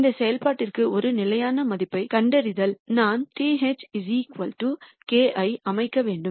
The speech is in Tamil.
இந்த செயல்பாட்டிற்கு ஒரு நிலையான மதிப்பைக் கண்டறிந்தால் நான் th k ஐ அமைக்க வேண்டும்